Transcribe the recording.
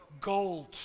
Gold